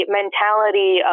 mentality